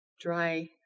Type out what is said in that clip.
dry